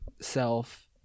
self